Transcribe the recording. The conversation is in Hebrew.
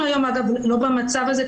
אנחנו היום, אגב, לא במצב הזה.